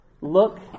look